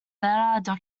better